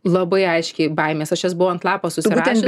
labai aiškiai baimes aš jas buvau ant lapo susirašius